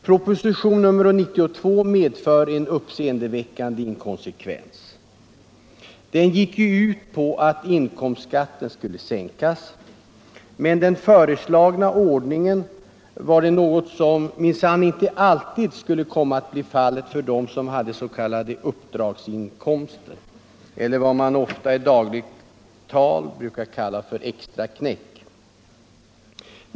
Propositionen 92 medförde en uppseendeväckande inkonsekvens. Den gick ut på att inkomstskatten skulle sänkas. Men med den föreslagna ordningen skulle detta minsann inte alltid komma att bli fallet för sådana som hade s.k. uppdragsinkomster, eller vad man i dagligt tal ofta brukar kalla extraknäck.